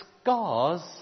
scars